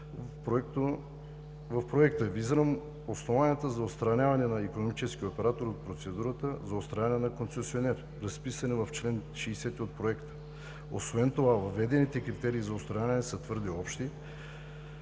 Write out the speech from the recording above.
в Проекта. Визирам основанията за отстраняване на икономическия оператор от процедурата за отстраняване на концесионер, разписани в чл. 60 от Проекта. Освен това въведените критерии за отстраняване са твърде общи,